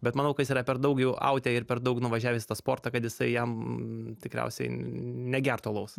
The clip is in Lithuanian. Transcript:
bet manau kad jis yra per daug jau aute ir per daug nuvažiavęs į tą sportą kad jisai jam tikriausiai negertų alaus